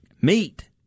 meat